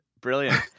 Brilliant